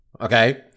Okay